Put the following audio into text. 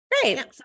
Great